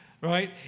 right